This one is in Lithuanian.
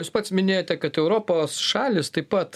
jūs pats minėjote kad europos šalys taip pat